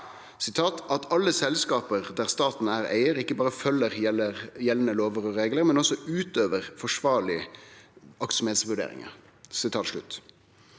«at alle selskapene der staten er eier ikke bare følger gjeldende lover og regler, men også utøver forsvarlige aktsomhetsvurderinger,